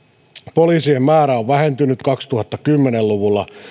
poliisien määrä on vähentynyt kaksituhattakymmenen luvulla